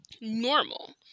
normal